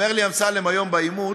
אומר לי אמסלם היום בעימות,